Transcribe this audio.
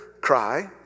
cry